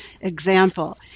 example